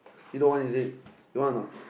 you don't want is it you want a not